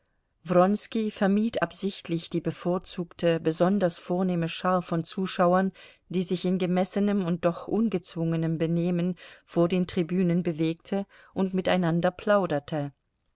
vermied absichtlich die bevorzugte besonders vornehme schar von zuschauern die sich in gemessenem und doch ungezwungenem benehmen vor den tribünen bewegte und miteinander plauderte